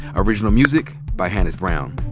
original music by hannis brown.